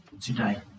today